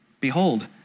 Behold